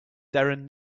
darren